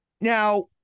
Now